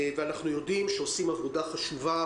אנחנו יודעים שעושים עבודה חשובה,